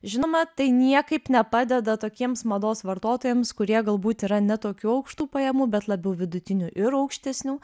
žinoma tai niekaip nepadeda tokiems mados vartotojams kurie galbūt yra ne tokių aukštų pajamų bet labiau vidutinių ir aukštesnių